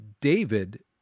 David